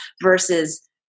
versus